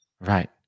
right